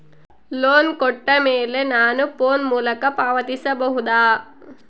Loan ಕೊಟ್ಟ ಮೇಲೆ ನಾನು ಫೋನ್ ಮೂಲಕ ಪಾವತಿಸಬಹುದಾ?